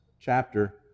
chapter